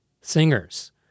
singers